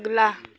अगला